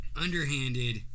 underhanded